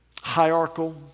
hierarchical